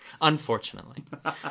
Unfortunately